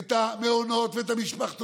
בהם את המעונות ואת המשפחתונים,